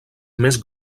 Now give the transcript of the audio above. més